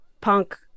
Punk